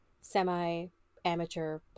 semi-amateur